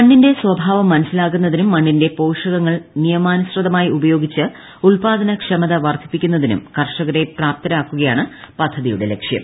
മണ്ണിന്റെ സ്വഭാവം മനസ്സിലാക്കുന്നതിനും മണ്ണിന്റെ പോഷകങ്ങൾ നിയമാനുസൃതമായി ഉപയോഗിച്ച് ഉത്പാദനക്ഷമത വർദ്ധിപ്പിക്കുന്നതിനും കർഷകരെ പ്രാപ്തരാക്കുകയാണ് പദ്ധതിയുടെ ലക്ഷ്യം